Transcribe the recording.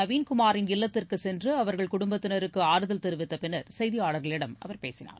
நவீன்குமாரின் இல்லத்திற்கு சென்று அவர்கள் குடும்பத்தினருக்கு ஆறுதல் தெரிவித்த பின்னர் செய்தியாளர்களிடம் அவர் பேசினார்